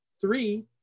three